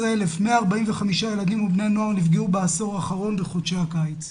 15,145 ילדים ובני נוער נפגעו בעשור האחרון בחודשי הקיץ.